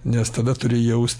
nes tada turi jaust